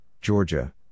Georgia